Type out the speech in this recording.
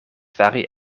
fari